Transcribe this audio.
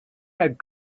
had